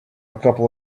couple